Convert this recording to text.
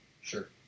Sure